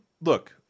look